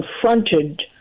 confronted